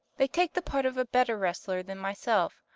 they take the part of a better wrestler than myself.